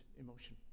emotion